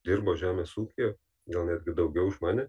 dirbo žemės ūkyje gal netgi daugiau už mane